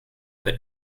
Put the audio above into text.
but